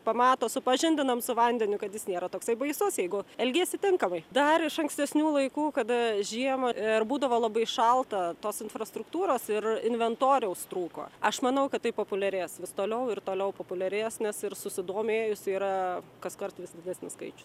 pamato supažindinam su vandeniu kad jis nėra toksai baisus jeigu elgiesi tinkamai dar iš ankstesnių laikų kada žiemą ir būdavo labai šalta tos infrastruktūros ir inventoriaus trūko aš manau kad tai populiarės vis toliau ir toliau populiarės nes ir susidomėjusių yra kaskart vis didesnis skaičius